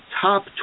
top